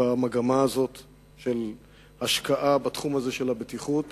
במגמה הזאת של השקעה בתחום הזה של הבטיחות.